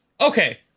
Okay